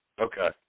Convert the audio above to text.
Okay